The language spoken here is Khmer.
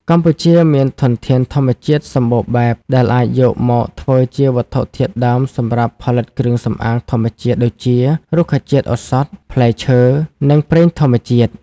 កម្ពុជាមានធនធានធម្មជាតិសម្បូរបែបដែលអាចយកមកធ្វើជាវត្ថុធាតុដើមសម្រាប់ផលិតគ្រឿងសម្អាងធម្មជាតិដូចជា រុក្ខជាតិឱសថ ផ្លែឈើ និងប្រេងធម្មជាតិ។